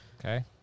Okay